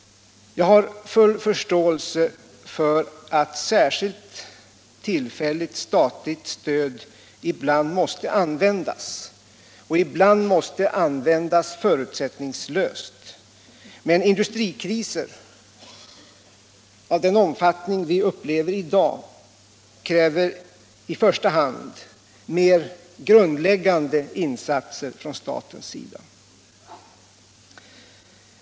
Jag har full förståelse för att särskilt tillfälligt statligt stöd måste användas —- ibland förutsättningslöst — men industrikriser av den omfattning vi upplever i dag kräver i första hand mer grundläggande insatser från statens sida.